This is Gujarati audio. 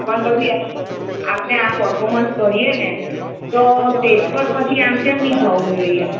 પણ પછી આપણે આ પરફોર્મન્સ કરીએને તો સ્ટેજ પર પછી આમ તેમ નહીં થવું જોઈએ